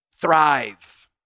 Thrive